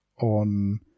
on